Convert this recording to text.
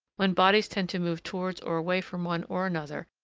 when bodies tend to move towards or away from one or another,